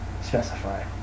specify